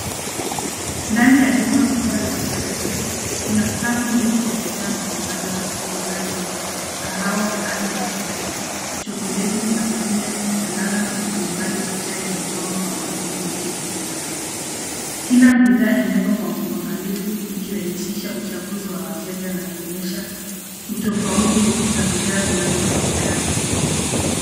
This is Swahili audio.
Ndani ya duka kubwa la rejareja, kuna safu ndefu ya bidhaa mbalimbali za vinywaji moto, kahawa za aina tofauti, chokoleti za kukunywa na radha mbalimbali za chai zimepangwa kwa mpangilio mzuri kwenye rafu. Kila bidhaa imewekwa kwa uangalifu ikirahishisha uchaguzi wa wateja na kuonyesha utofauti za bidhaa zinazopatikana.